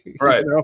Right